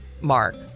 Mark